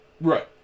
Right